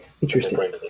Interesting